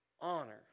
honor